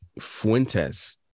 fuentes